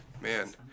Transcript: Man